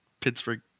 Pittsburgh